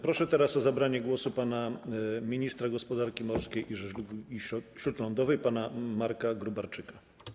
Proszę teraz o zabranie głosu ministra gospodarki morskiej i żeglugi śródlądowej pana Marka Gróbarczyka.